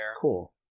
Cool